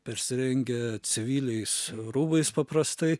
persirengę civiliais rūbais paprastai